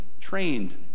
Trained